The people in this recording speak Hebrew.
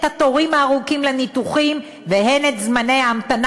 בעיית התורים הארוכים לניתוחים והן את בעיית זמני ההמתנה